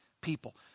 people